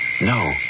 No